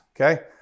okay